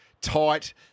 tight